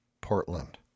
Portland